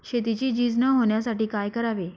शेतीची झीज न होण्यासाठी काय करावे?